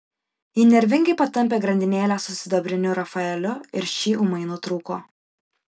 ji nervingai patampė grandinėlę su sidabriniu rafaeliu ir ši ūmai nutrūko